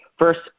first